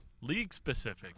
League-specific